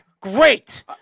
great